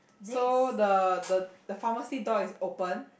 so the the the pharmacy door is open